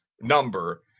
number